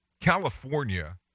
California